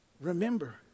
remember